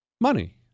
money